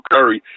Curry